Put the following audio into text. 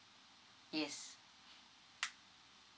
yes